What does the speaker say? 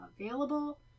available